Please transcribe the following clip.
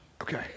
Okay